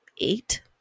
eight